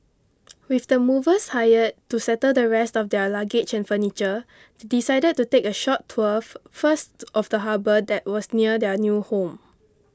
with the movers hired to settle the rest of their luggage and furniture they decided to take a short tour first of the harbour that was near their new home